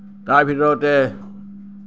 তাৰ ভিতৰতে